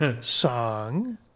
song